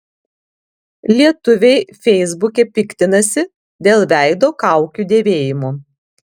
lietuviai feisbuke piktinasi dėl veido kaukių dėvėjimo